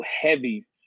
heavy